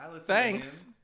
thanks